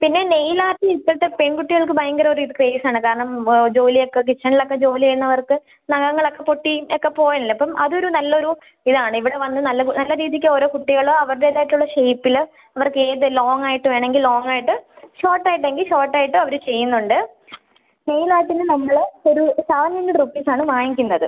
പിന്നെ നെയിൽ ആർട്ടിന് ഇപ്പോഴത്തെ പെൺകുട്ടികൾക്ക് ഭയങ്കരം ഒര് ഇത് ക്രേസ് ആണ് കാരണം ജോലി ഒക്കെ കിച്ചണിൽ ഒക്കെ ജോലി ചെയ്യുന്നവർക്ക് നഖങ്ങളൊക്കെ പൊട്ടിയൊക്കെ പോവുമല്ലോ അപ്പം അത് ഒരു നല്ല ഒരു ഇതാണ് ഇവിടെ വന്ന് നല്ല നല്ല രീതിയില് ഓരോ കുട്ടികളും അവരുടേതായിട്ടുള്ള ഷേപ്പില് അവർക്ക് അത് ലോംഗ് ആയിട്ട് വേണമെങ്കില് ലോംഗ് ആയിട്ട് ഷോർട്ട് ആയിട്ട് എങ്കില് ഷോർട്ട് ആയിട്ട് അവര് ചെയ്യുന്നുണ്ട് നെയിൽ ആർട്ടിന് നമ്മള് ഒരു സെവൻ ഹണ്ട്രഡ് റുപ്പീസ് ആണ് വാങ്ങിക്കുന്നത്